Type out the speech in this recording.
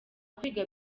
kwiga